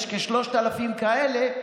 יש כ-3,000 כאלה,